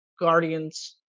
Guardians